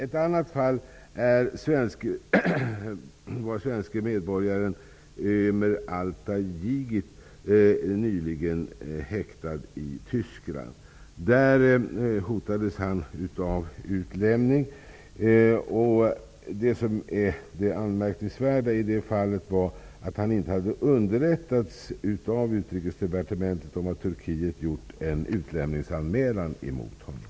Ett annat fall gäller svenske medborgaren Ömer Altay Yygit som nyligen satt häktad i Tyskland. Där hotades han av utlämning. Det anmärkningsvärda i det fallet var att Utrikesdepartementet inte hade underrättat honom om att Turkiet gjort en utlämningsanmälan mot honom.